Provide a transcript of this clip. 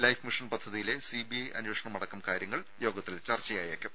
life mission പദ്ധതിയിലെ CBI അന്വേഷണമടക്കം കാര്യങ്ങൾ യോഗത്തിൽ ചർച്ചയായേക്കും